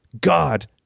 God